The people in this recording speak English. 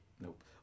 Nope